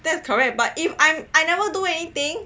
that is correct but if I am I never do anything